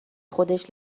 خودش